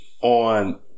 on